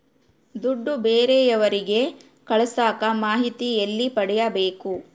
ದುಡ್ಡು ಬೇರೆಯವರಿಗೆ ಕಳಸಾಕ ಮಾಹಿತಿ ಎಲ್ಲಿ ಪಡೆಯಬೇಕು?